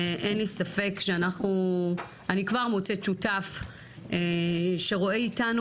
אין לי ספק שאני כבר מוצאת שותף שרואה איתנו